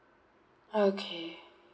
okay